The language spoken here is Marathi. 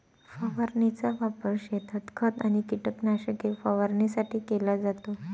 फवारणीचा वापर शेतात खत आणि कीटकनाशके फवारणीसाठी केला जातो